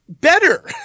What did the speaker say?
better